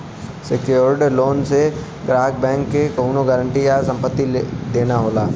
secured loan में ग्राहक क बैंक के कउनो गारंटी या संपत्ति देना होला